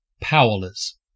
powerless